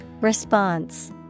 Response